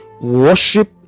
worship